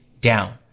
down